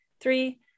three